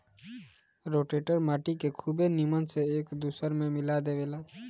rotator माटी के खुबे नीमन से एक दूसर में मिला देवेला